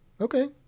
Okay